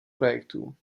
projektů